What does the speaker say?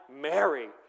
Mary